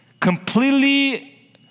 completely